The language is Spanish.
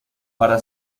para